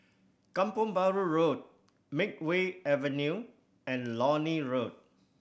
Kampong Bahru Road Makeway Avenue and Lornie Road